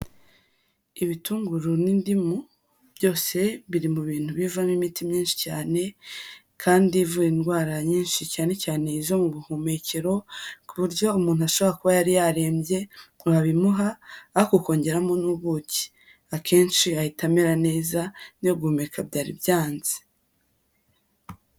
Ibitunguru n'indimu byose biri mu bintu bivamo imiti myinshi cyane kandi ivura indwara nyinshi cyane cyane izo mu buhumekero, ku buryo umuntu ashobora kuba yari yarembye mwabimuha ariko ukongeramo n'ubuki, akenshi ahita amera neza n'iyo guhumeka byari byanze.